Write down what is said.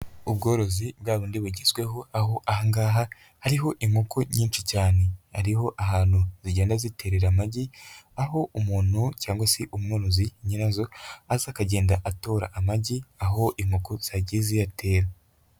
Ubworozi bwa bundi bugezweho, aho aha ngaha hariho inkoko nyinshi cyane, ariho ahantu zigenda ziterera amagi, aho umuntu cyangwa se umworozi, nyirazo aza akagenda atora amagi, aho inkoko zagiye ziyatera.